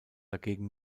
dagegen